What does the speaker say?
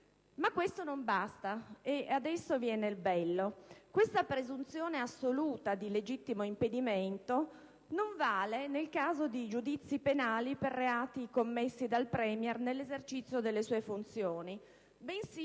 Ma questo non basta, e adesso viene il bello. La presunzione assoluta di legittimo impedimento non vale nel caso di giudizi penali per reati commessi dal *Premier* nell'esercizio delle sue funzioni, bensì